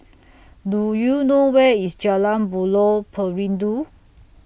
Do YOU know Where IS Jalan Buloh Perindu